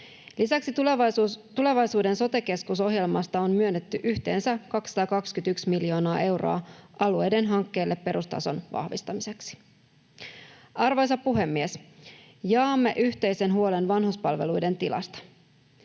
Lisäksi tulevaisuuden sote-keskus ‑ohjelmasta on myönnetty yhteensä 221 miljoonaa euroa alueiden hankkeille perustason vahvistamiseksi. Arvoisa puhemies! Jaamme yhteisen huolen vanhuspalveluiden tilasta.